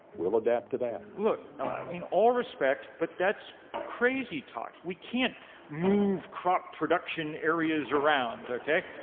we'll adapt to that. look, i mean all respect, but that's crazy talk. we can't move crop production areas around, okay.